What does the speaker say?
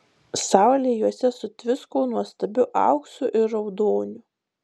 saulė juose sutvisko nuostabiu auksu ir raudoniu